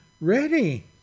ready